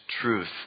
truth